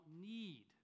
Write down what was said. need